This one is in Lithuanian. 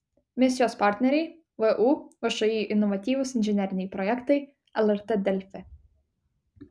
misijos partneriai vu všį inovatyvūs inžineriniai projektai lrt delfi